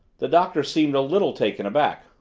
the doctor seemed a little taken aback.